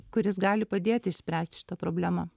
kuris gali padėti išspręsti šitą problemą